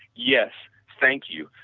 yes, thank you,